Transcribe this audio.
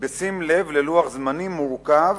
בשים לב ללוח זמנים מורכב